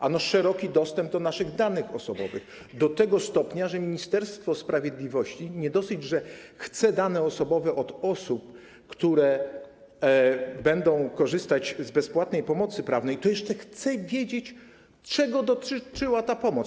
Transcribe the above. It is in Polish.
Ano szeroki dostęp do naszych danych osobowych, do tego stopnia, że Ministerstwo Sprawiedliwości nie dosyć, że chce dane osobowe od osób, które będą korzystać z bezpłatnej pomocy prawnej, to jeszcze chce wiedzieć, czego dotyczyła ta pomoc.